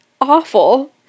Awful